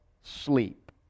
sleep